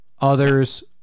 others